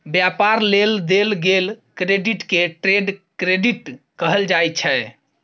व्यापार लेल देल गेल क्रेडिट के ट्रेड क्रेडिट कहल जाइ छै